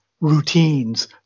routines